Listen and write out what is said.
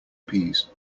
peas